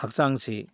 ꯍꯛꯆꯥꯡꯁꯤ